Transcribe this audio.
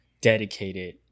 dedicated